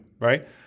right